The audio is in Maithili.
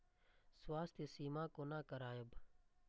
स्वास्थ्य सीमा कोना करायब?